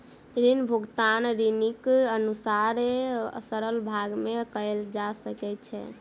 ऋण भुगतान ऋणीक अनुसारे सरल भाग में कयल जा सकै छै